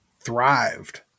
thrived